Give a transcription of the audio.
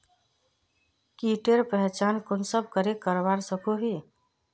कीटेर पहचान कुंसम करे करवा सको ही?